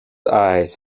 eyes